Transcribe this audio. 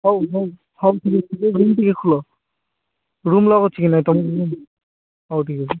ହଉ ହଉ ହଉ ଠିକ୍ ଅଛି ଯେ ରୁମ୍ ଟିକେ ଖୋଲ ରୁମ୍ ଲକ୍ ଅଛି କି ନାଇଁ ହଉ ଠିକ୍ ଅଛି